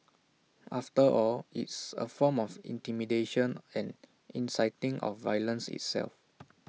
after all it's A form of intimidation and inciting of violence itself